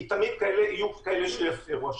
ותמיד יהיו כאלה שיפרו אותה.